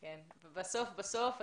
בסוף כולכם